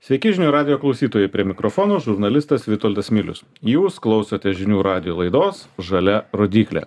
sveiki žinių radijo klausytojai prie mikrofono žurnalistas vitoldas milius jūs klausote žinių radijo laidos žalia rodyklė